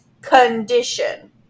condition